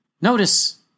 Notice